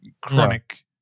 chronic